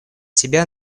себя